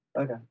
okay